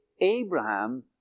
Abraham